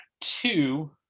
two